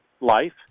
life